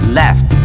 left